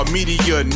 Media